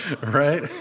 Right